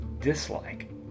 dislike